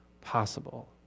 possible